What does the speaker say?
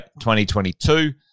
2022